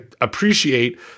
appreciate